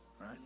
right